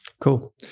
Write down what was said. Cool